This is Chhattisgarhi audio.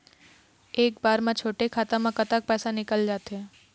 एक बार म छोटे खाता म कतक पैसा निकल जाथे?